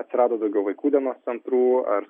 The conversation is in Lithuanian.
atsirado daugiau vaikų dienos centrų ar